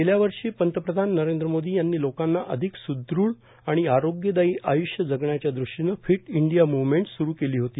गेल्यावर्षी पंतप्रधान नरेंद्र मोदी यांनी लोकांना अधिक सुदृढ आणि आरोग्यदायी आयुष्य जगण्याच्या दृष्टीनं फिट इंडिया मुव्हमेंट सुरू केली होती